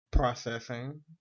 processing